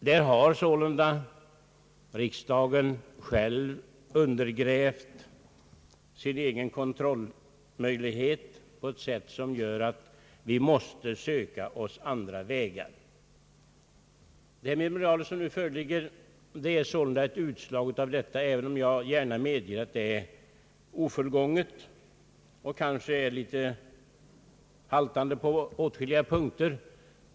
Där har sålunda riksdagen själv undergrävt sin egen kontrollmöjlighet på ett sätt som gör att vi måste söka oss andra vägar. Det memorial som nu föreligger är sålunda ett utslag av detta, även om jag gärna medger att det är ofullgånget och kanske litet haltande på åtskilliga punkter.